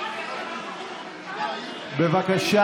בבקשה,